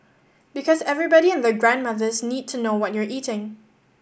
because everybody and their grandmothers need to know what you're eating